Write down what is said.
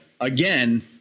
again